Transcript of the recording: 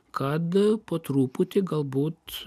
kad po truputį galbūt